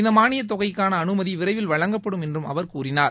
இந்தமானியத் தொகைக்கானஅனுமதிவிரைவில் வழங்கப்படும் என்றும் அவர் கூறினார்